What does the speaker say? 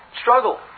struggle